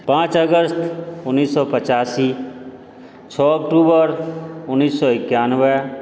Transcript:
पाँच अगस्त उन्नैस सए पचासी छओ अक्टूबर उन्नैस सए एकानबे